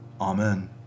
Amen